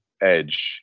Edge